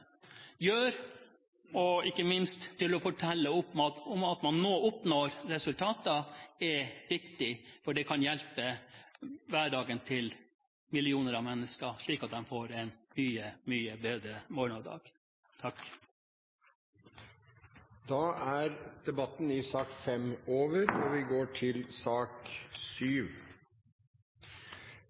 gjør, ikke minst ved å fortelle at man nå oppnår resultater, er viktig, for det kan hjelpe hverdagen til millioner av mennesker slik at de får en mye bedre morgendag. Flere har ikke bedt om ordet til sak